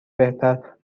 بهتر